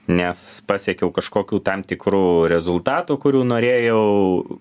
nes pasiekiau kažkokių tam tikrų rezultatų kurių norėjau